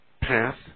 path